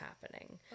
happening